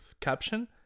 caption